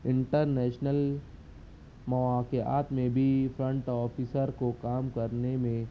inter national مواقعات میں بھی فرنٹ آفیسر کو کام کرنے میں